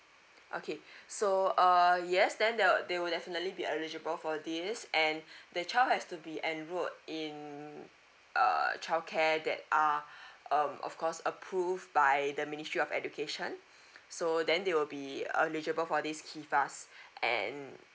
okay so uh yes then they'll they will definitely be eligible for this and the child has to be enrolled in err childcare that are um of course approved by the ministry of education so then they will be eligible for this kifas and